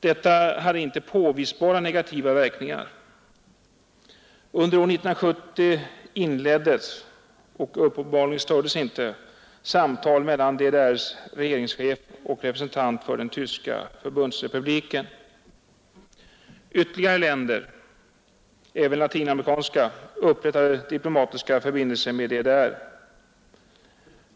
Detta hade inte påvisbara negativa verkningar. Under år 1970 inleddes — och stördes uppenbarligen inte — samtal mellan DDR:s regeringschef och representant för Tyska förbundsrepubliken. Ytterligare länder — även latinamerikanska — upprättade diplomatiska förbindelser med DDR.